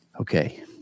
okay